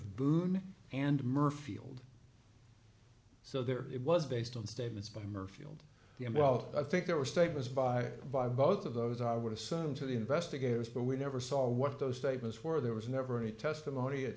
boone and murphy field so there it was based on statements by murphy old the m well i think there were statements by by both of those i would assume to the investigators but we never saw what those statements were there was never any testimony at